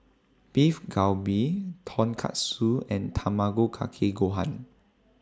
Beef Galbi Tonkatsu and Tamago Kake Gohan